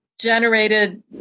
generated